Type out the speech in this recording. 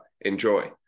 Enjoy